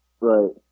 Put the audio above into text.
Right